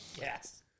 Yes